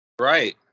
Right